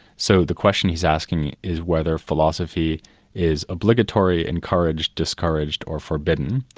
so, the question he's asking is whether philosophy is obligatory, encouraged, discouraged or forbidden,